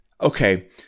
Okay